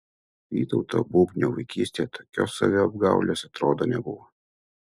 vytauto bubnio vaikystėje tokios saviapgaulės atrodo nebuvo